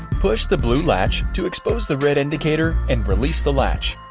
push the blue latch to expose the red indicator and release the latch.